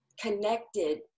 connected